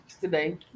Today